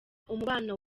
umubano